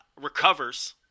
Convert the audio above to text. recovers